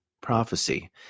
prophecy